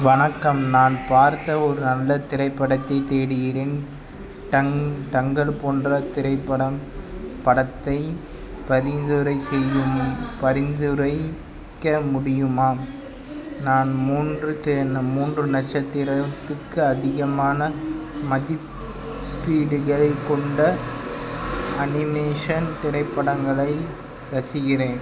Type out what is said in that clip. வணக்கம் நான் பார்த்த ஒரு நல்ல திரைப்படத்தைத் தேடுகிறேன் டங் தங்கல் போன்ற திரைப்படம் படத்தைப் பரிந்துரை செய்யும் பரிந்துரைக்க முடியுமா நான் மூன்று மூன்று நட்சத்திரத்துக்கு அதிகமான மதிப்பீடுகளைக் கொண்ட அனிமேஷன் திரைப்படங்களை ரசிக்கிறேன்